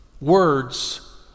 Words